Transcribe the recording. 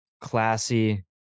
classy